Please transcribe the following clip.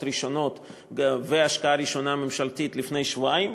ראשונות והשקעה ממשלתית ראשונה לפני שבועיים.